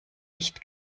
nicht